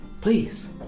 Please